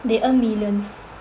they earn millions